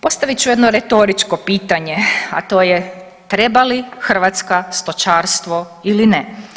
Postavit ću jedno retoričko pitanje, a to je treba li Hrvatska stočarstvo ili ne?